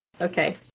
okay